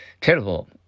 terrible